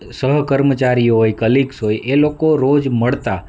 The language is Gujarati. સહકર્મચારીઓ હોય કલીગસ એ લોકો રોજ મળતા